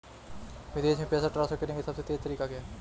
विदेश में पैसा ट्रांसफर करने का सबसे तेज़ तरीका क्या है?